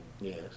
Yes